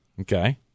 okay